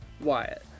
Wyatt